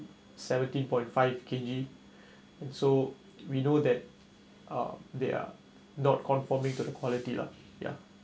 seventeen point five K_G and so we know that um they are not conforming to the quality lah ya